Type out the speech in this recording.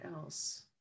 else